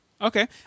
Okay